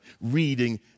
reading